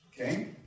Okay